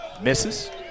Misses